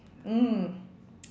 mm